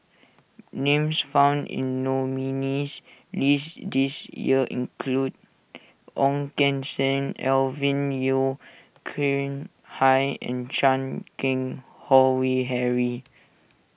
names found in the nominees' list this year include Ong Keng Sen Alvin Yeo Khirn Hai and Chan Keng Howe Harry